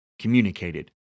communicated